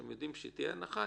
כשהם יודעים שתהיה הנחה,